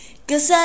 cause